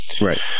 Right